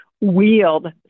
wield